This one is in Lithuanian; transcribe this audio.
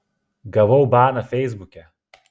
gavau baną feisbuke